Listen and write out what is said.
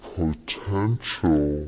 potential